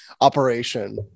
operation